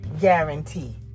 guarantee